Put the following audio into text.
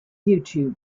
youtube